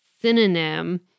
synonym